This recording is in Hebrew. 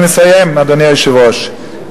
אני מסיים, אדוני היושב-ראש.